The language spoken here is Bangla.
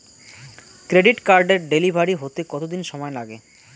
ক্রেডিট কার্ডের ডেলিভারি হতে কতদিন সময় লাগে?